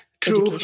True